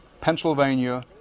Pennsylvania